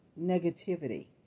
negativity